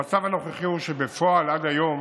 המצב הנוכחי הוא שבפועל, עד היום